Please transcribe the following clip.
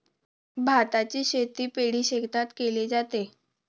भाताची शेती पैडी शेतात केले जाते